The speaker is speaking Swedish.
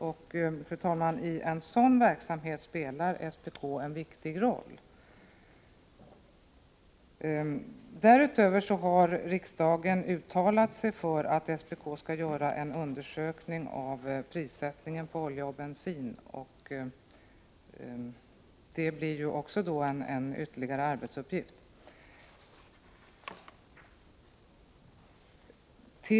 Och, fru talman, i en sådan verksamhet spelar SPK en viktig roll. Därutöver har riksdagen uttalat sig för att SPK skall göra en undersökning av prissättningen på olja och bensin, och det blir ju en ytterligare arbetsuppgift.